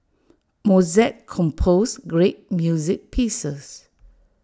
Mozart composed great music pieces